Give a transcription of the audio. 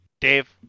Dave